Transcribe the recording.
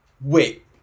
Wait